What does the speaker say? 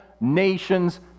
nations